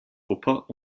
wupper